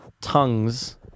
tongues